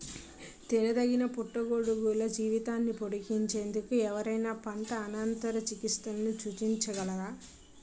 తినదగిన పుట్టగొడుగుల జీవితాన్ని పొడిగించేందుకు ఎవరైనా పంట అనంతర చికిత్సలను సూచించగలరా?